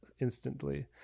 instantly